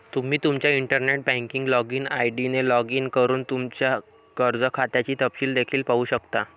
तुम्ही तुमच्या internet banking login ID ने लॉग इन करून तुमच्या कर्ज खात्याचे तपशील देखील पाहू शकता